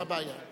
מה הבעיה?